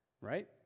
Right